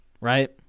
right